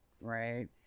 right